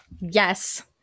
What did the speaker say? Yes